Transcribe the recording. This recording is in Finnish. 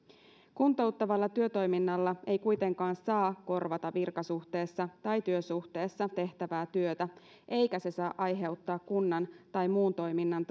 kuntouttavalla työtoiminnalla ei kuitenkaan saa korvata virkasuhteessa tai työsuhteessa tehtävää työtä eikä se saa aiheuttaa kunnan tai muun toiminnan